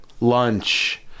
lunch